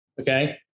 Okay